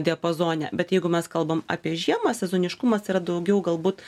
diapazone bet jeigu mes kalbam apie žiemą sezoniškumas yra daugiau galbūt